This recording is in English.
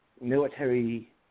military